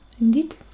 Indeed